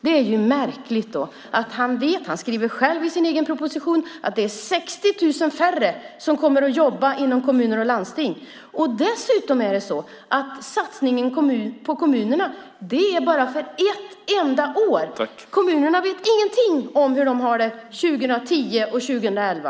Det är då märkligt, vilket han skriver i sin egen proposition, att det är 60 000 färre som kommer att jobba inom kommuner och landsting. Dessutom är satsningen på kommunerna bara för ett enda år. Kommunerna vet ingenting om hur de har det 2010 och 2011.